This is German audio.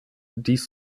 dies